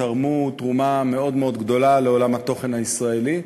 תרמו תרומה מאוד מאוד גדולה לעולם התוכן הישראלי,